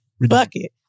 bucket